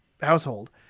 household